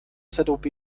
zob